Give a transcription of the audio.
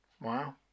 Wow